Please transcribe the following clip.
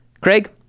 craig